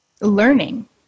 learning